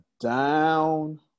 down